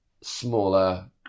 smaller